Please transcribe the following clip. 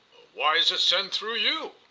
why is it sent through you?